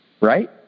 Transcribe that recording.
Right